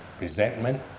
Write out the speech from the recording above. resentment